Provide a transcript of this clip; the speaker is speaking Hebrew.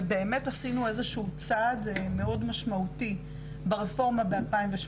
ובאמת עשינו איזה שהוא צעד מאוד משמעותי ברפורמה ב-2018.